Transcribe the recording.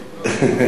רוסית.